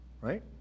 right